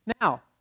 Now